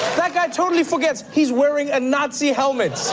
that guy totally forgets he's wearing a nazi helmet. yeah.